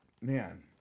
man